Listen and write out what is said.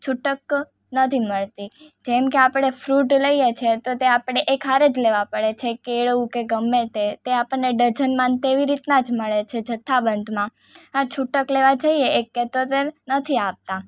છૂટક નથી મળતી જેમ કે આપણે ફ્રૂટ લઈએ છીએ તો તે આપણે એક હારે જ લેવા પડે છે કેળું કે ગમે તે આપણને ડઝનમાં ને તેવી રીતના જ મળે છે જથ્થાબંધમાં હા છૂટક લેવા જઈએ એક કે તર તો નથી આપતા